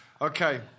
Okay